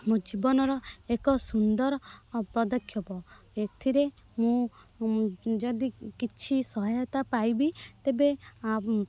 ମୋ ଜୀବନର ଏକ ସୁନ୍ଦର ଅ ପଦକ୍ଷେପ ଏଥିରେ ମୁଁ ଯଦି କିଛି ସହାୟତା ପାଇବି ତେବେ ଆ